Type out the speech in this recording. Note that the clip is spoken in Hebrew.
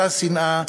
אותה שנאה,